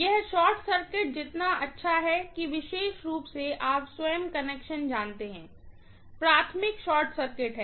यह short circuit जितना अच्छा है कि विशेष रूप से आप स्वयं कनेक्शन जानते हैं प्राइमरी शॉर्ट सर्किट है